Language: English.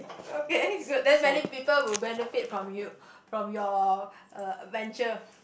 okay good then many people will benefit from you from your uh venture